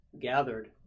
gathered